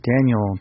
Daniel